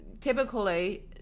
Typically